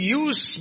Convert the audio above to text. use